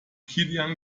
kilian